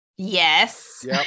yes